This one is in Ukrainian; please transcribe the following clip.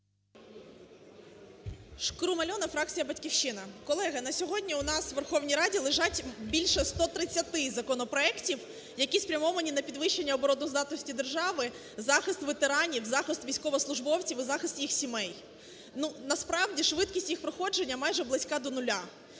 Шкрум Альона, фракція "Батьківщина". Колеги, на сьогодні у нас у Верховній Раді лежить більше 130 законопроектів, які спрямовані на підвищення обороноздатності держави, захист ветеранів, захист військовослужбовців і захист їх сімей. Насправді швидкість їх проходження майже близька до нуля.